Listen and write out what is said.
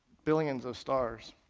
billions of stars.